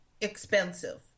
expensive